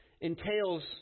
entails